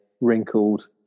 wrinkled